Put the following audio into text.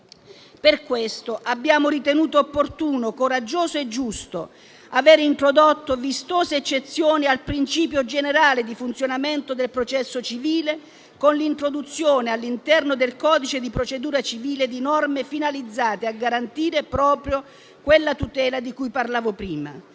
Per questo abbiamo ritenuto opportuno, coraggioso e giusto aver introdotto vistose eccezioni al principio generale di funzionamento del processo civile con l'introduzione, all'interno del codice di procedura civile, di norme finalizzate a garantire proprio quella tutela di cui parlavo prima.